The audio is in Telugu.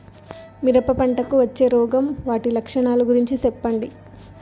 మిరప పంటకు వచ్చే రోగం వాటి లక్షణాలు గురించి చెప్పండి?